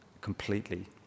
completely